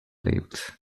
labels